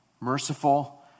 Merciful